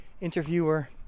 interviewer